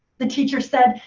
the teacher said,